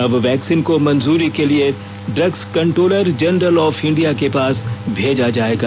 अब वैक्सीन को मंजूरी के लिए drugs controller general of India के पास भेजा जाएगा